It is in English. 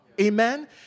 Amen